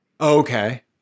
Okay